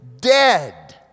dead